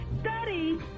study